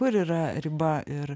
kur yra riba ir